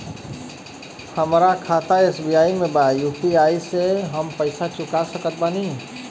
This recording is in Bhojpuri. हमारा खाता एस.बी.आई में बा यू.पी.आई से हम पैसा चुका सकत बानी?